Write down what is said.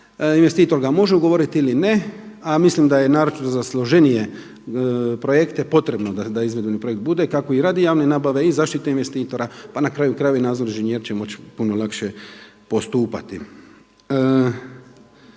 investitor ga može ugovoriti ili ne a mislim da je naročito za složenije potrebno da izvedbeni projekt bude kako i radi javne nabave i zaštite investitora pa na kraju krajeva i nadzorni inženjer će moći puno lakše postupati.